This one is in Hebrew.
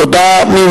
תודה רבה.